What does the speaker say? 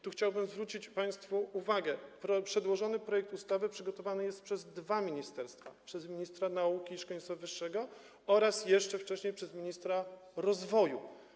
Tu chciałbym zwrócić państwu uwagę, że przedłożony projekt ustawy przygotowany jest przez dwa ministerstwa, przez ministra nauki i szkolnictwa wyższego oraz, jeszcze wcześniej, przez ministra rozwoju.